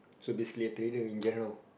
so basically a trader in general